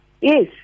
Yes